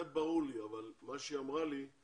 זה ברור לי, אבל מה שהיא אמרה לי,